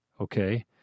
Okay